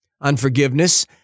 Unforgiveness